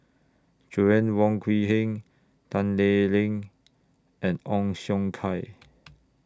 Joanna Wong Quee Heng Tan Lee Leng and Ong Siong Kai